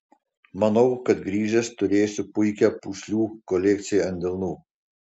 manau kad grįžęs turėsiu puikią pūslių kolekciją ant delnų